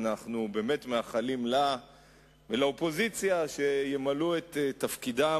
אנחנו באמת מאחלים לה ולאופוזיציה שימלאו את תפקידן,